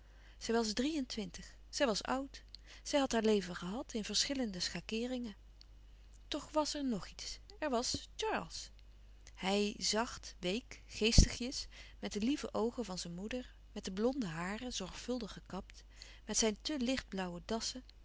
zij was drie-en-twintig zij was oud zij had haar leven gehad in verschillende schakeeringen toch was er nog iets er was charles hij zacht week geestigjes met de lieve oogen van zijn moeder met de blonde haren zorgvuldig gekapt met zijn te licht blauwe dassen